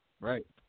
Right